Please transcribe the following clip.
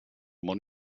món